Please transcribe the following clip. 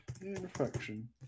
Infection